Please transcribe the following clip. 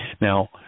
Now